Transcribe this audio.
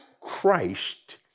Christ